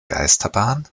geisterbahn